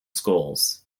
schools